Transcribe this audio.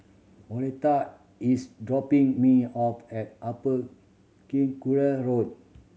Oleta is dropping me off at Upper Circular Road